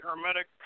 Hermetic